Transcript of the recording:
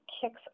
kicks